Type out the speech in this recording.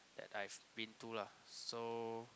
that I've been to lah so